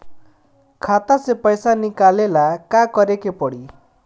खाता से पैसा निकाले ला का करे के पड़ी?